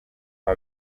uwa